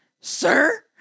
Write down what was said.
Sir